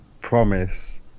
promise